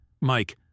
Mike